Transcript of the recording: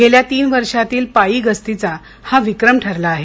गेल्या तीन वर्षातील पायी गस्तीचा हा विक्रम ठरला आहे